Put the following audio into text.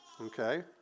okay